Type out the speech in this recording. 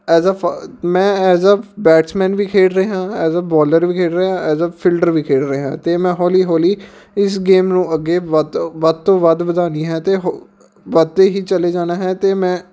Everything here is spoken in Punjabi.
ਐਸ ਆ ਫ ਮੈਂ ਐਸ ਆ ਬੈਟਸਮੈਨ ਵੀ ਖੇਡ ਰਿਹਾ ਹਾਂ ਐਸ ਆ ਬੋਲਰ ਵੀ ਖੇਡ ਰਿਹਾ ਐਸ ਆ ਫਿਲਡਰ ਵੀ ਖੇਡ ਰਿਹਾ ਅਤੇ ਮੈਂ ਹੌਲੀ ਹੌਲੀ ਇਸ ਗੇਮ ਨੂੰ ਅੱਗੇ ਵੱਧ ਵੱਧ ਤੋਂ ਵੱਧ ਵਧਾਉਣੀ ਹੈ ਅਤੇ ਵੱਧਦੇ ਹੀ ਚਲੇ ਜਾਣਾ ਹੈ ਅਤੇ ਮੈਂ